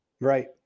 Right